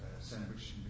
sandwich